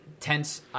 Tense